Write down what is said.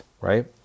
right